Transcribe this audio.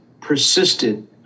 persisted